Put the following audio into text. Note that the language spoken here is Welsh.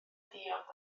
diod